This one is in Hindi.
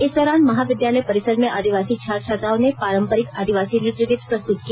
इस दौरान महाविद्यालय परिसर में आदिवासी छात्र छात्राओं ने पारंपरिक आदिवासी नृत्य गीत प्रस्तुत किया